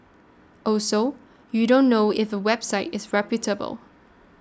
also you don't know if a website is reputable